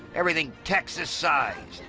everything texas-sized.